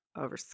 over